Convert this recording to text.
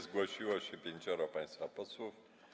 Zgłosiło się pięcioro państwa posłów.